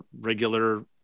regular